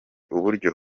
uburyo